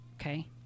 okay